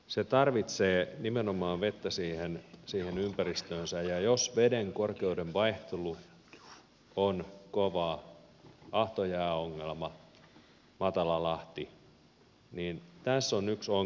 se tarvitsee nimenomaan vettä siihen ympäristöönsä ja jos veden korkeuden vaihtelu on kovaa ahtojääongelma matala lahti niin tässä on yksi ongelma mikä tulisi laskea